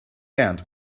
end